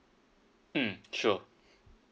mm sure